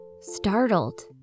startled